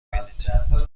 بینید